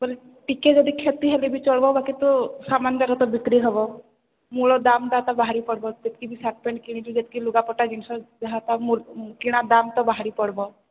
ବୋଲେ ଟିକେ ଯଦି କ୍ଷତି ହେଲେ ବି ଚଳିବ ବାକି ତୁ ସାମାନ ଯାକତ ବିକ୍ରି ହେବ ମୂଳ ଦାମଟା ତ ବାହାରି ପଡ଼ିବ ଯେତିକି ବି ସାର୍ଟ ପେଣ୍ଟ କିଣିଛୁ ଯେତିକି ଲୁଗାପଟା ଜିନିଷ ଯାହା କିଣା ଦାମ ତ ବାହାରି ପଡ଼ିବ